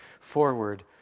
forward